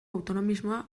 autonomismoa